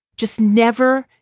just never,